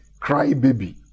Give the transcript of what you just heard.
crybaby